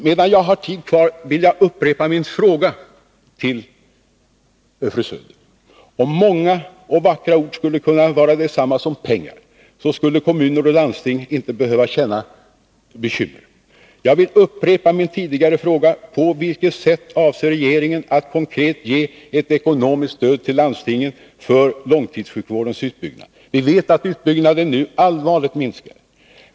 Medan jag har tid kvar vill jag upprepa min tidigare fråga till Karin Söder. Om många och vackra ord skulle vara detsamma som pengar skulle kommuner och landsting inte behöva känna bekymmer. Jag upprepar min fråga: På vilket sätt avser regeringen att konkret ge ett ekonomiskt stöd till landstingen för långtidssjukvårdens utbyggnad? Vi vet att utbyggnaden nu allvarligt minskar.